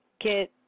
get